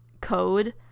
code